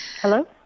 Hello